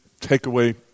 takeaway